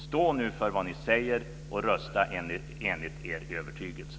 Stå nu för vad ni säger och rösta enligt er övertygelse!